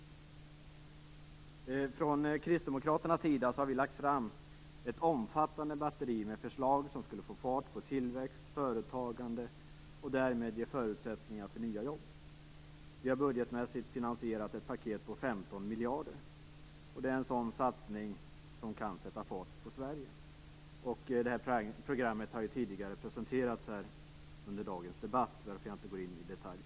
Vi har från Kristdemokraternas sida lagt fram ett omfattande batteri med förslag som skulle få fart på tillväxt och företagande och därmed ge förutsättningar för nya jobb. Vi har budgetmässigt finansierat ett paket på 15 miljarder. Det är en sådan satsning som kan sätta fart på Sverige. Det programmet har presenterats tidigare under dagens debatt, varför jag inte går in på det i detalj.